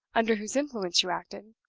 under whose influence you acted.